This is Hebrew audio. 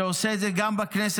שעושה את זה גם בכנסת,